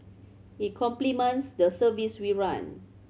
it complements the service we run